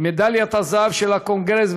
ומדליית הזהב של הקונגרס,